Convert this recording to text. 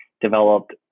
developed